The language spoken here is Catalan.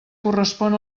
correspon